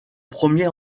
premier